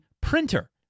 printer